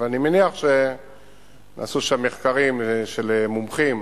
אבל אני מניח שעשו שם מחקרים של מומחים,